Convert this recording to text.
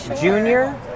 junior